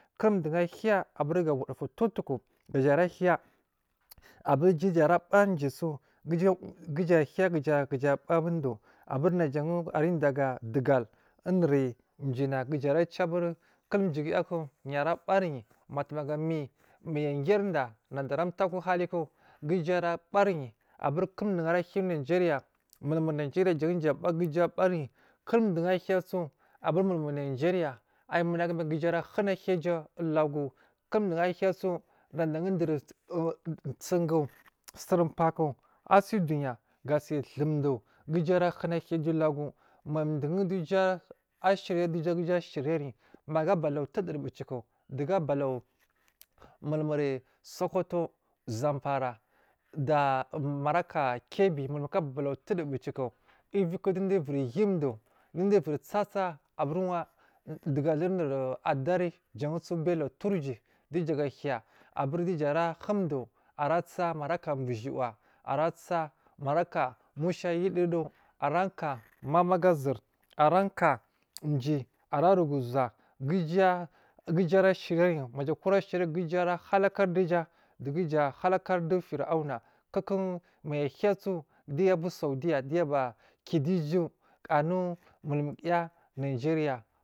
Kul dowo a hiya aburi ga wadufu towu tuku gaja rahiya aburi dowo ja ara bori juyi su giyija a hiya gaja abaridowo aburi najan ara deya ga dugal unuri juyi nag a ra juwu kul juyi guya ku yara bari batumugami maya a giri dana da ara tuwo akowu haliku ga uju ara bariyi aburi kul dowu ara hiya una jeriya mun murinajanya jan duwo aba ga uju arabari yi kun dowu ahiya su aburi mulmuri najeriaya ayi munagu ga uju arahunu higaja ulugu kul dowu ahigasu nadan duri sunga suri paku usi duya gasi damdu ga uju ara huna hiyaja ulagu madun dowu uju ashiryayi maga aba lawori duwoduri buciku dogu abalawu mulmuri sokoto zamfara da moraka kebbi mulmukal abalau duwoduri buciku uviyiku dowu duwu uviru hin dowu, dowu uviri isa isa abu, wa duja liri ururi addari jarisu bello turji duja ga hiya aburi duja ra humdu a a isa maraca bushowawa ara tsa marakamu sha yudowo dowu araka mama aga sur ara kaa umjiyi ara ru uzuwaa ga uju ara shiryeyi majakura shiryu ga uju ara halakari dowuja dugu ja abalakari dowu firauna kukun mai ahiya su duya abu saudiya giyya aba kidow u uju anu mulmugaya najeriya.